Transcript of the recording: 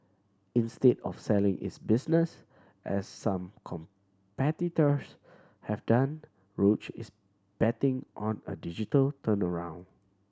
instead of selling its business as some competitors have done Roche is betting on a digital turnaround